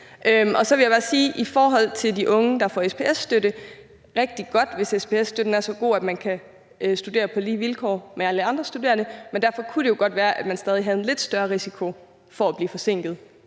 Så vil jeg bare sige i forhold til de unge, der får SPS-støtte: Det er rigtig godt, hvis SPS-støtten er så god, at man kan studere på lige vilkår med alle andre studerende, men derfor kunne det jo alligevel godt være, at man stadig havde en lidt større risiko for at blive forsinket